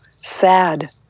sad